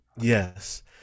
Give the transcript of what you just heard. Yes